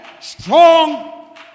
strong